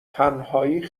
تنهایی